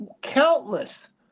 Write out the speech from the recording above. countless